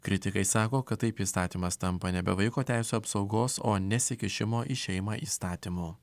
kritikai sako kad taip įstatymas tampa nebe vaiko teisių apsaugos o nesikišimo į šeimą įstatymu